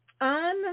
on